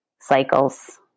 cycles